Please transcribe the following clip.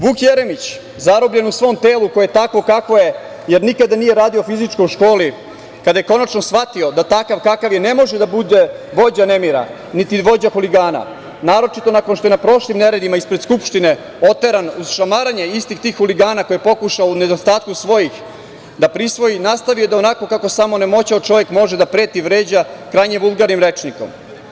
Vuk Jeremić zarobljen u svom telu koje je takvo kakvo jer nikada nije radio fizičko u školi, kada je konačno shvatio da takav kakav je ne može da bude vođa nemira, niti vođa huligana, naročito nakon što je na prošlim neredima ispred Skupštine oteran uz šamaranje istih tih huligana koje je pokušao u nedostatku svojih da prisvoji, nastavio da onako kako samo onemoćao čovek može da preti, vređa krajnje vulgarnim rečnikom.